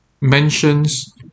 mentions